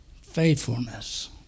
Faithfulness